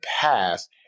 past